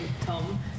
Tom